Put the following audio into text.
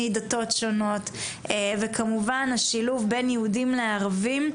מדתות שונות ושילוב בין ישראלים לערבים,